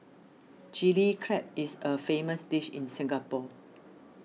Chilli Crab is a famous dish in Singapore